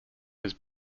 his